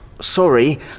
Sorry